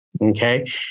Okay